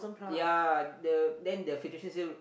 yea the then the filtration system